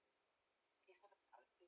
is not helping